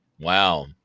Wow